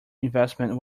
investment